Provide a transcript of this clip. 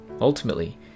Ultimately